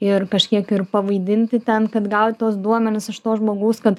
ir kažkiek ir pavaidinti ten kad gaut tuos duomenis iš to žmogaus kad